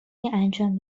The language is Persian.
انجام